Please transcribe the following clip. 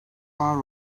var